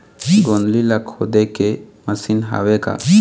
गोंदली ला खोदे के मशीन हावे का?